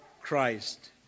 Christ